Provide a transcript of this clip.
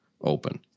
open